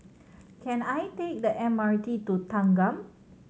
can I take the M R T to Thanggam